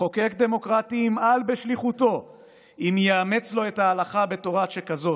מחוקק דמוקרטי ימעל בשליחותו אם יאמץ לו את ההלכה בתורת שכזאת.